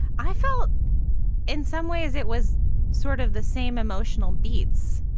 i felt in some ways it was sort of the same emotional beats.